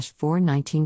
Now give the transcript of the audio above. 419